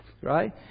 Right